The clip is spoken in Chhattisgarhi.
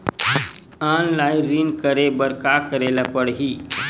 ऑनलाइन ऋण करे बर का करे ल पड़हि?